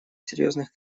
серьезных